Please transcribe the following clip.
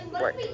work